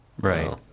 right